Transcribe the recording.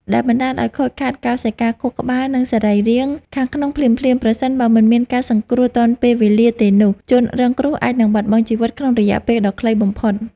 ដែលបណ្តាលឱ្យខូចខាតកោសិកាខួរក្បាល និងសរីរាង្គខាងក្នុងភ្លាមៗ ប្រសិនបើមិនមានការសង្គ្រោះទាន់ពេលវេលាទេនោះ ជនរងគ្រោះអាចនឹងបាត់បង់ជីវិតក្នុងរយៈពេលដ៏ខ្លីបំផុត។